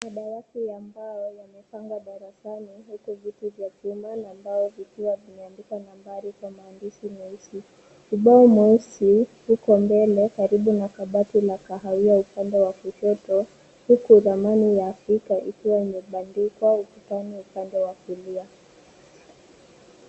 Madawati ya mbao yamepangwa darasani huku viti vya chuma na mbao vikiwa vimeandikwa nambari kwa maandishi meusi. Ubao mweusi uki mbele karibu na kabati la kahawia upande wa kushoto huku ramani ya afrika ikiwa imebandikwa ukutani upande wa kulia.